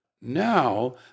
now